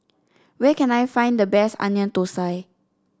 where can I find the best Onion Thosai